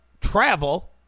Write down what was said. travel